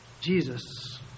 Jesus